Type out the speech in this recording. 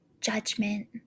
judgment